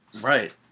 Right